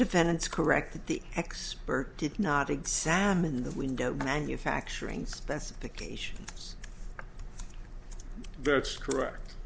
defendants correct that the expert did not examine the window manufacturing specifications that's correct